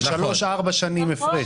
הבדלים של שלוש-ארבע שנים הפרש.